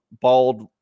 bald